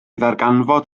ddarganfod